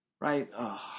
Right